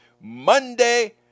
Monday